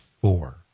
four